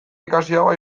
ikasiagoa